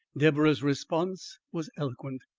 deborah's response was eloquent.